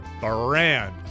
brand